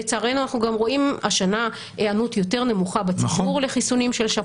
לצערנו אנחנו גם רואים השנה היענות יותר נמוכה בציבור לחיסונים של שפעת.